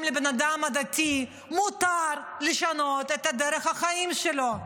לבן אדם דתי מותר לשנות את דרך החיים שלו.